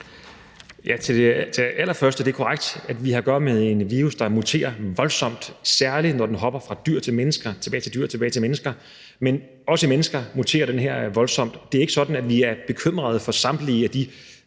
til det allerførste: Det er korrekt, at vi har at gøre med en virus, der muterer voldsomt, særlig når den hopper fra dyr til mennesker, men også i mennesker muterer den voldsomt. Det er ikke sådan, at vi er bekymrede for samtlige af de